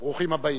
ברוכים הבאים.